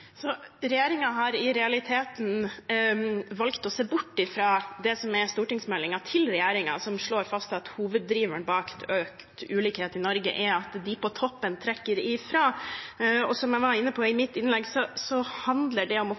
har i realiteten valgt å se bort ifra det som er stortingsmeldingen til regjeringen, som slår fast at hoveddriveren bak økt ulikhet i Norge er at de på toppen trekker ifra. Som jeg var inne på i mitt innlegg, handler det om å